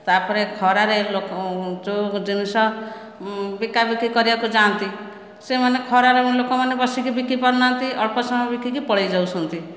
ତାପରେ ଖରାରେ ଲୋକ ଯେଉଁ ଜିନିଷ ବିକାବିକି କରିବାକୁ ଯାଆନ୍ତି ସେମାନେ ଖରାରେ ଲୋକମାନେ ବସିକି ବିକି ପାରୁନାହାନ୍ତି ଅଳ୍ପ ସମୟ ବିକିକି ପଳେଇଯାଉଛନ୍ତି